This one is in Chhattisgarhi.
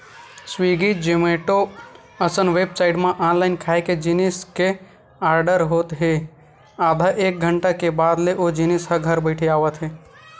स्वीगी, जोमेटो असन बेबसाइट म ऑनलाईन खाए के जिनिस के आरडर होत हे आधा एक घंटा के बाद ले ओ जिनिस ह घर बइठे आवत हे